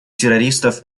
террористов